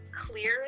clear